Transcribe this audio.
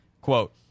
quote